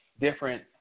Different